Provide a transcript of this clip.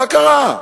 מה קרה?